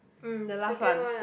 mm the last one